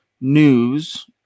news